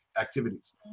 activities